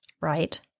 Right